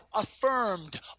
affirmed